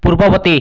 ପୂର୍ବବର୍ତ୍ତୀ